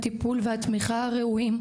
הטיפול והתמיכה הראויים,